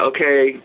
okay